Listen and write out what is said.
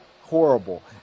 horrible